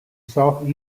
south